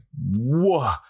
whoa